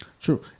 true